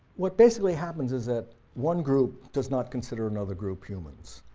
what basically happens is that one group does not consider another group humans,